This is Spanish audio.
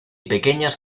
pequeñas